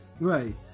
Right